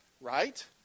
Right